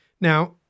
Now